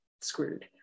screwed